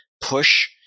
push